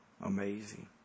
amazing